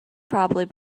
probably